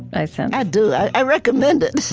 i sense i do. i recommend it.